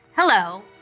Hello